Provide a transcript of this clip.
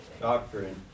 Doctrine